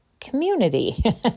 community